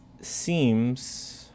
seems